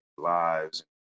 lives